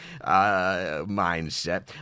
mindset